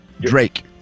Drake